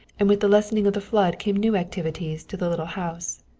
and with the lessening of the flood came new activities to the little house.